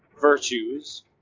virtues